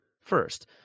first